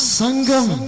sangam